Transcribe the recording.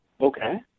Okay